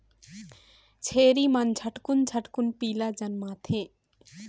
छेरी मन झटकुन झटकुन पीला जनमाथे